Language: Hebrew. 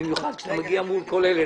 במיוחד כשאתה מגיע מול כל אלה,